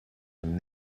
from